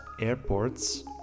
Airports